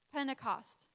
Pentecost